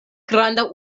granda